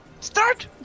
start